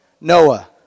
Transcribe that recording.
Noah